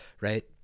right